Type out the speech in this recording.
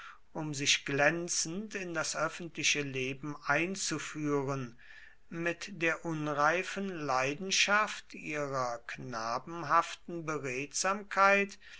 um sich glänzend in das öffentliche leben einzuführen mit der unreifen leidenschaft ihrer knabenhaften beredsamkeit